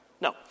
No